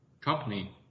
company